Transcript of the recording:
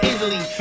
Italy